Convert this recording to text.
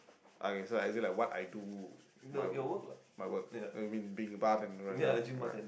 okay as in like what I do my my work what you mean being a bartender right now yeah